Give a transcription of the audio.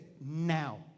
now